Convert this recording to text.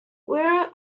where